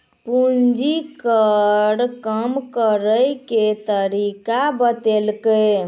पूंजी कर कम करैय के तरीका बतैलकै